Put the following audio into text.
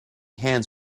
hands